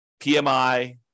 PMI